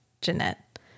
Jeanette